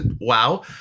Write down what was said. wow